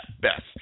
best